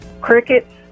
Crickets